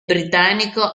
britannico